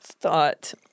thought